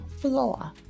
floor